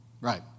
Right